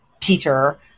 Peter